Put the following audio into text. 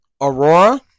Aurora